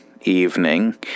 evening